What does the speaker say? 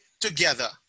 together